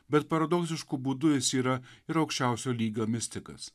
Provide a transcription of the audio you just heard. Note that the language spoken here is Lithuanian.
bet paradoksišku būdu jis yra ir aukščiausio lygio mistikas